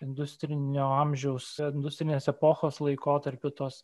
industrinio amžiaus industrinės epochos laikotarpiu tos